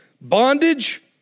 bondage